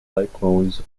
cyclones